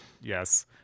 Yes